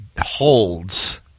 holds